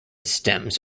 stems